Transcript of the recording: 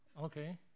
Okay